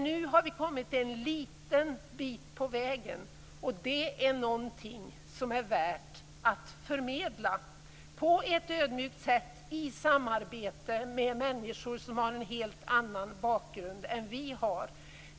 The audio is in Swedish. Nu har vi kommit en liten bit på väg, och det är någonting som är värt att förmedla på ett ödmjukt sätt i samarbete med människor som har en helt annan bakgrund än den som vi har.